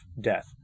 death